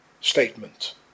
statement